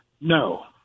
No